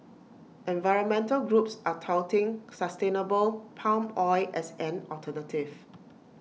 environmental groups are touting sustainable palm oil as an alternative